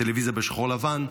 של טלוויזיה בשחור-לבן,